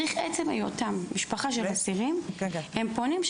עצם היותם משפחה של אסירים והם פונים,